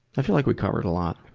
i feel like we covered a lot.